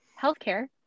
healthcare